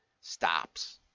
stops